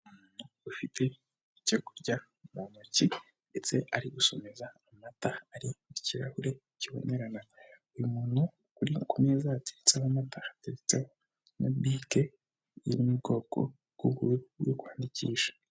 Ufite icyo kurya mu ntoki ndetse ari gusomeza amata ari mu kirahure kibonerana, uyu muntu uri ku meza yatetseho amata, hariho na bike yo mu bwoko bwo kwandikisha.